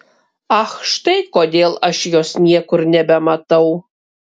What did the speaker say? ach štai kodėl aš jos niekur nebematau